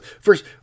first